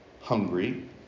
hungry